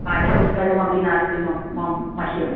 पाठपुस्तकमपि नास्ति मम मम मह्यम्